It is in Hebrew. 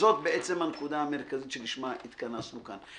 וזו הנקודה המרכזית שלשמה התכנסנו כאן.